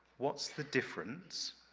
what's the difference?